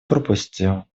пропустил